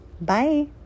Bye